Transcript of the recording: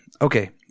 okay